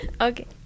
okay